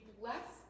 bless